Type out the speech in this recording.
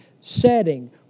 setting